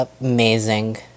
amazing